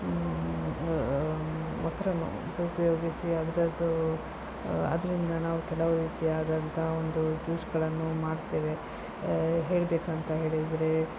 ಮೊಸರನ್ನು ಉಪಯೋಗಿಸಿ ಅದರದ್ದು ಅದರಿಂದ ನಾವು ಕೆಲವು ರೀತಿಯಾದಂತಹ ಒಂದು ಜ್ಯೂಸ್ಗಳನ್ನು ಮಾಡ್ತೇವೆ ಹೇಳಬೇಕಂತ ಹೇಳಿದರೆ